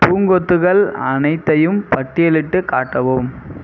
பூங்கொத்துகள் அனைத்தையும் பட்டியலிட்டுக் காட்டவும்